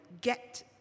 get